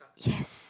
yes